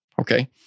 Okay